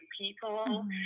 people